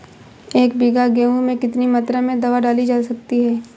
एक बीघा गेहूँ में कितनी मात्रा में दवा डाली जा सकती है?